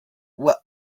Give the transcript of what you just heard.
while